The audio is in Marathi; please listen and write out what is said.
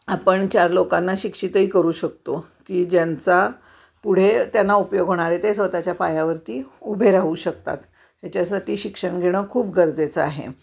आपण चार लोकांना शिक्षितही करू शकतो की ज्यांचा पुढे त्यांना उपयोग होणार आहे ते स्वतःच्या पायावरती उभे राहू शकतात ह्याच्यासाठी शिक्षण घेणं खूप गरजेचं आहे